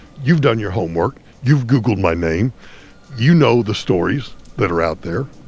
you've done your homework you've googled my name you know the stories that are out there.